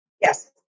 Yes